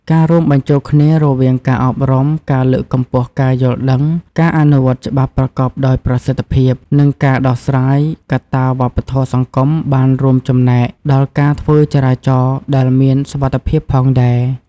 ការរួមបញ្ចូលគ្នារវាងការអប់រំ ការលើកកម្ពស់ការយល់ដឹង ការអនុវត្តច្បាប់ប្រកបដោយប្រសិទ្ធភាព និងការដោះស្រាយកត្តាវប្បធម៌សង្គមបានរួមចំណែកដល់ការធ្វើចរាចរណ៍ដែលមានសុវត្ថិភាពផងដែរ។